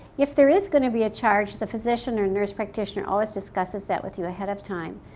if there is going to be a charge, the physician or nurse practitioner always discusses that with you ahead of time.